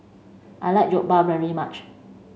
I like Jokbal very much